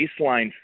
baseline